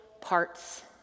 parts